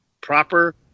proper